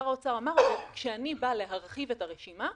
שר האוצר אמר, כשאני בא להרחיב את הרשימה,